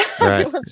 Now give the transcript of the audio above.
Right